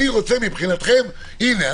אני רוצה מבחינתכם: הנה,